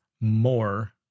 more